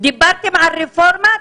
דיברתם על רפורמה?